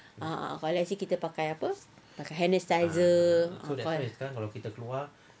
ah so let's say kita pakai apa pakai hand sanitiser